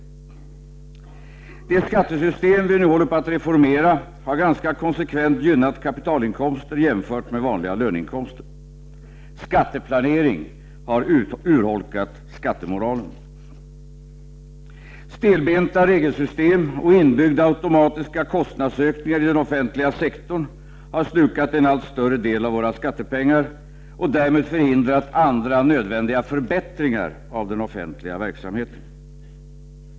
0 Det skattesystem vi nu håller på att reformera har ganska konsekvent gynnat kapitalinkomster jämfört med vanliga löneinkomster. Skatteplanering har urholkat skattemoralen. o Stelbenta regelsystem och inbyggda automatiska kostnadsökningar i den offentliga sektorn har slukat en allt större del av våra skattepengar och därmed förhindrat andra nödvändiga förbättringar av den offentliga verksamheten.